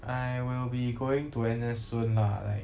I will be going to N_S soon lah like